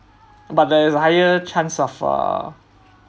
but there's a higher chance of uh